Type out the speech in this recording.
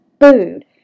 food